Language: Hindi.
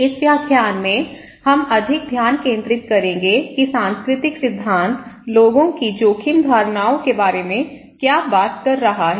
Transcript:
इस व्याख्यान में हम अधिक ध्यान केंद्रित करेंगे कि सांस्कृतिक सिद्धांत लोगों की जोखिम धारणाओं के बारे में क्या बात कर रहा है